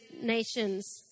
nations